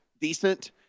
decent